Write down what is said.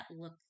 look